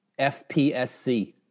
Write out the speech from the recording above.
FPSC